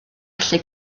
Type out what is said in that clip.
allu